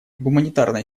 гуманитарная